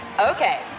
Okay